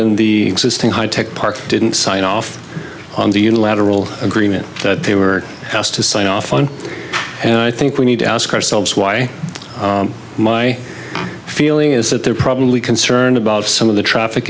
in the existing high tech park didn't sign off on the unilateral agreement that they were asked to sign off on and i think we need to ask ourselves why my feeling is that they're probably concerned about some of the traffic